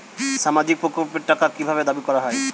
সামাজিক প্রকল্পের টাকা কি ভাবে দাবি করা হয়?